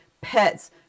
pets